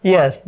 Yes